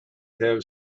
have